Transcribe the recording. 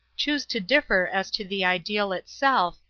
choose to differ as to the ideal itself,